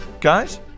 Guys